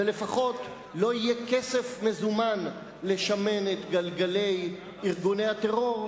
ולפחות לא יהיה כסף מזומן לשמן את גלגלי ארגוני הטרור,